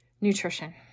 nutrition